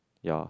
ya